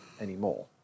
anymore